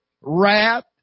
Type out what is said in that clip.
wrath